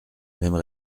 mêmes